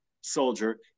soldier